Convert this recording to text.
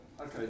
Okay